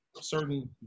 certain